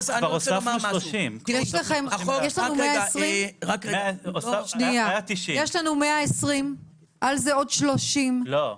כבר הוספנו 30. יש לנו 120, על זה עוד 30. לא.